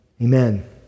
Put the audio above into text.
Amen